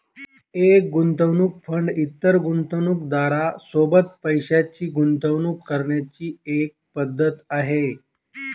एक गुंतवणूक फंड इतर गुंतवणूकदारां सोबत पैशाची गुंतवणूक करण्याची एक पद्धत आहे